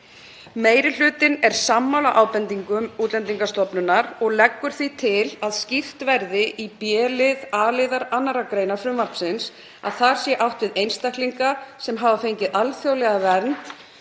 Meiri hlutinn er sammála ábendingum Útlendingastofnunar og leggur því til að skýrt verði í b-lið a-liðar 2. gr. frumvarpsins að þar sé átt við einstaklinga sem hafa fengið alþjóðlega vernd